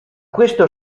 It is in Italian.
questo